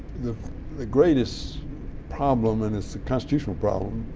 the greatest problem, and it's a constitutional problem,